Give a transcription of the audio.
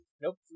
Nope